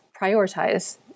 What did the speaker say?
prioritize